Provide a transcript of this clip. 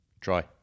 Try